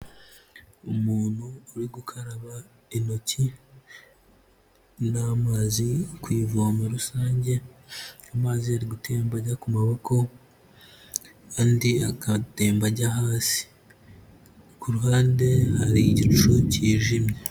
Umuntu uri gukaraba intoki n'amazi ku ivomo rusange, amazi ari gutemba ajya ku maboko, andi agatemba ajya hasi, ku ruhande hari igicu kijimye.